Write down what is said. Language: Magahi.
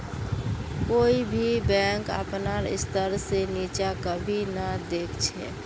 कोई भी बैंक अपनार स्तर से नीचा कभी नी दख छे